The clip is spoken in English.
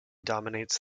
dominates